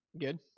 Good